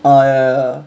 uh ya